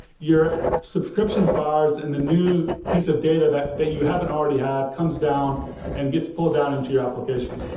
your subscription fires and the new piece of data that that you haven't already had comes down and gets pulled down into your application,